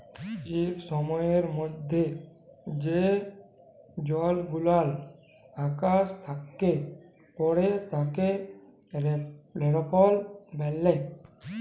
ইক সময়ের মধ্যে যে জলগুলান আকাশ থ্যাকে পড়ে তাকে রেলফল ব্যলে